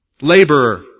Laborer